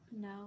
no